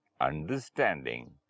understanding